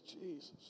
Jesus